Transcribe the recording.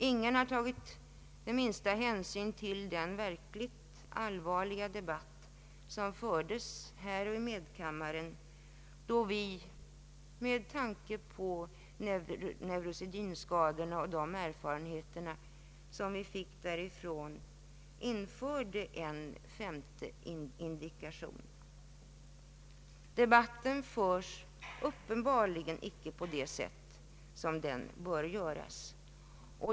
Ingen har tagit den minsta hänsyn till den verkligt allvarliga debatt som fördes här och i medkammaren, då vi med tanke på neurosedynskadorna och de erfarenheter vi fick därifrån införde en femte indikation. Debatten förs uppenbarligen icke på det sätt som den bör föras.